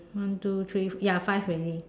one two three four ya five already